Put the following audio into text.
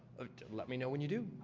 ah let me know when you do.